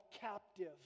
captive